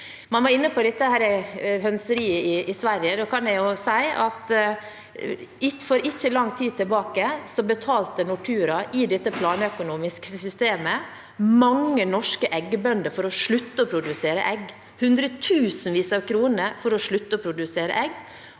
Man var inne på hønseriet i Sverige. Da kan jeg si at for ikke lang tid siden betalte Nortura, i dette planøkonomiske systemet, mange norske eggbønder for å slutte å produsere egg – hundretusenvis av kroner for å slutte å produsere egg.